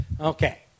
Okay